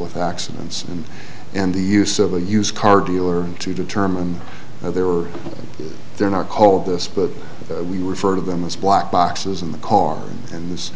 with accidents and and the use of a used car dealer to determine that there are they're not called this but we were heard of them as black boxes in the car and this